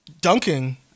Dunking